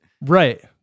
Right